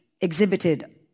exhibited